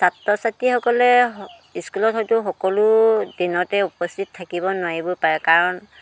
ছাত্ৰ ছাত্ৰীসকলে স্কুলত হয়তো সকলো দিনতে উপস্থিত থাকিব নোৱাৰিব পাৰে কাৰণ